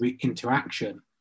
interaction